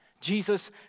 Jesus